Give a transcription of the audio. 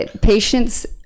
patients